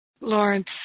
Lawrence